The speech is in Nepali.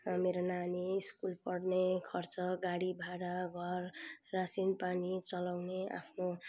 मेरो नानी स्कुल पढ्ने खर्च गाडी भाडा घर रासिन पानी चलाउने आफ्नो